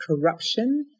corruption